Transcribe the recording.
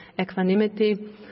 equanimity